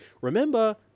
remember